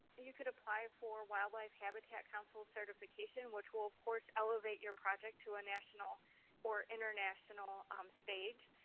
you could apply for wildlife habitat council certification, which will, of course, elevate your project to a national or international um stage.